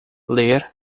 ler